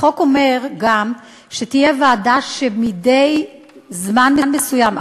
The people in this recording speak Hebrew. החוק אומר גם שתהיה ועדה שמדי זמן מסוים,